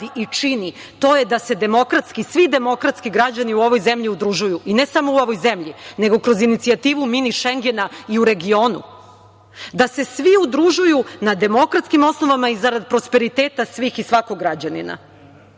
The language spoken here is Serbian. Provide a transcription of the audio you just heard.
i čini, to je da se demokratski, svi demokratski građani u ovoj zemlji udružuju, i ne samo u ovoj zemlji, nego kroz inicijativu „mini šengena“ i u regionu, da se svi udružuju na demokratskim osnovama i zarad prosperiteta svih i svakog građanina.E